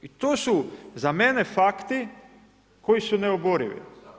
I to su za mene fakti koji su neoborivi.